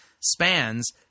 spans